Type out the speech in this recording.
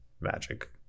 magic